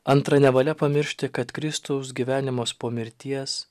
antra nevalia pamiršti kad kristaus gyvenimas po mirties